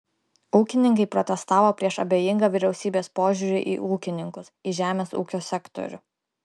ūkininkai protestavo prieš abejingą vyriausybės požiūrį į ūkininkus į žemės ūkio sektorių